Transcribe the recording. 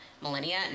millennia